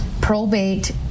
Probate